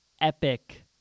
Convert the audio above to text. epic